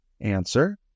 Answer